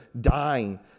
dying